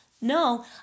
No